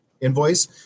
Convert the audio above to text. invoice